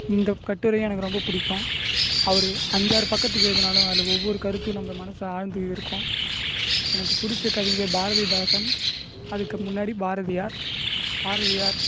இந்த கட்டுரையும் எனக்கு ரொம்ப பிடிக்கும் அவர் அஞ்சாரு பக்கத்துக்கு எழுதினாலும் அதில் ஒவ்வொரு கருத்தும் நம்ம மனசில் ஆழ்ந்து இருக்கும் எனக்கு பிடிச்ச கவிஞர் பாரதிதாசன் அதுக்கு முன்னாடி பாரதியார் பாரதியார்